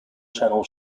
channel